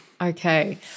Okay